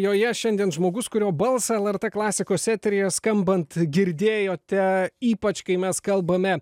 joje šiandien žmogus kurio balsą lrt klasikos eteryje skambant girdėjote ypač kai mes kalbame